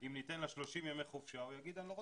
אם ניתן לה 30 ימי חופשה הוא יגיד שהוא לא רוצה,